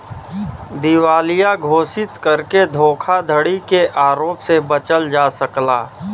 दिवालिया घोषित करके धोखाधड़ी के आरोप से बचल जा सकला